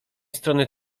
strony